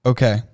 Okay